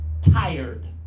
tired